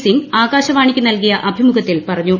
സിംങ്ങ് ആകാശവാണിക്ക് നൽകിയ അഭിമുഖത്തിൽ പറഞ്ഞു